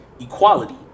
equality